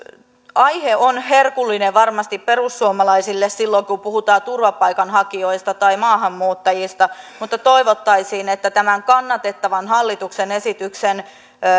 aihe on herkullinen varmasti perussuomalaisille silloin kun puhutaan turvapaikanhakijoista tai maahanmuuttajista mutta toivottaisiin että tämän kannatettavan hallituksen esityksen